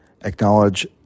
acknowledge